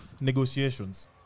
negotiations